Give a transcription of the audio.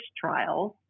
trials